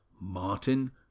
Martin